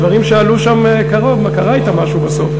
זה דברים שעלו שם, קרה אתם משהו בסוף.